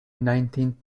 nineteen